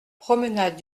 promenade